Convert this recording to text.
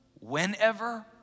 whenever